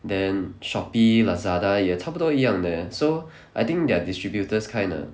then Shopee Lazada 也差不多一样的 so I think they're distributors kinda